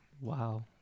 Wow